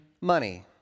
money